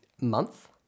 month